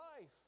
life